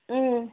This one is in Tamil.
ம்